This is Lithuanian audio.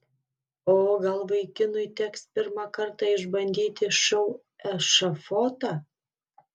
o gal vaikinui teks pirmą kartą išbandyti šou ešafotą